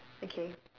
okay